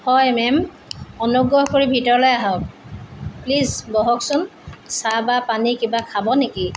হয় মেম অনুগ্ৰহ কৰি ভিতৰলৈ আহক প্লিজ বহকচোন চাহ বা পানী কিবা খাব নেকি